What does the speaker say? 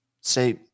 say